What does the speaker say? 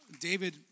David